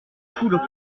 foules